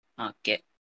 okay